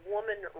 Woman